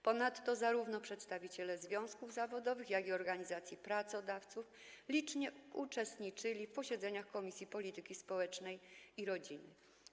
Ponadto przedstawiciele zarówno związków zawodowych, jak i organizacji pracodawców licznie uczestniczyli w posiedzeniach Komisji Polityki Społecznej i Rodziny.